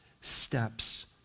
steps